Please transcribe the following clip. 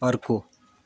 अर्को